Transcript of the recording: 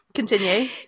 continue